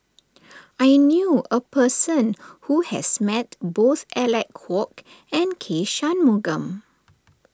I knew a person who has met both Alec Kuok and K Shanmugam